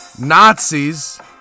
Nazis